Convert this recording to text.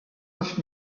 neuf